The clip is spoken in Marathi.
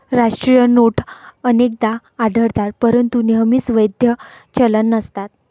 राष्ट्रीय नोट अनेकदा आढळतात परंतु नेहमीच वैध चलन नसतात